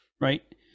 right